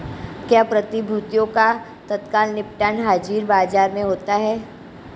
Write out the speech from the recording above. क्या प्रतिभूतियों का तत्काल निपटान हाज़िर बाजार में होता है?